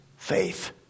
Faith